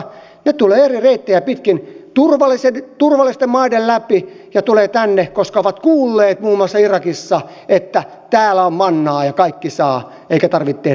he tulevat eri reittejä pitkin turvallisten maiden läpi ja tulevat tänne koska ovat kuulleet muun muassa irakissa että täällä on mannaa ja kaikki saavat eikä tarvitse tehdä yhtään mitään